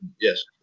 Yes